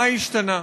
מה השתנה?